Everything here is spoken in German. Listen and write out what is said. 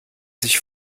sich